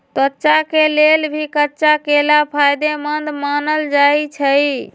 त्वचा के लेल भी कच्चा केला फायेदेमंद मानल जाई छई